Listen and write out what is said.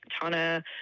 Tana